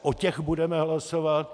O těch budeme hlasovat.